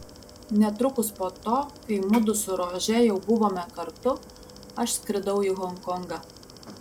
netrukus po to kai mudu su rože jau buvome kartu aš skridau į honkongą